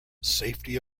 safety